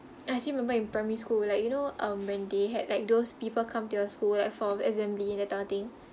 I still remember in primary school like you know um when they had like those people come to your school like for assembly that type of thing